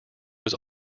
was